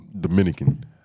Dominican